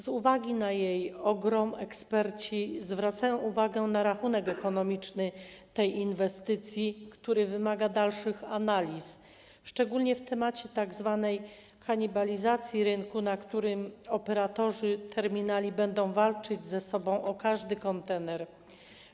Ze względu na jej ogrom eksperci zwracają uwagę na rachunek ekonomiczny tej inwestycji, który wymaga dalszych analiz, szczególnie w temacie tzw. kanibalizacji rynku, na którym operatorzy terminali będą walczyć ze sobą o każdy kontener.